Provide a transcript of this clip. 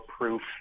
proof